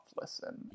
listen